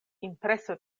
impreso